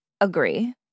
Agree